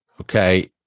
Okay